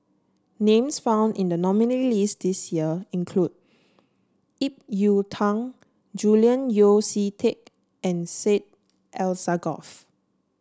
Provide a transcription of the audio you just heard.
names found in the nominees' list this year include Ip Yiu Tung Julian Yeo See Teck and Syed Alsagoff